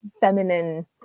feminine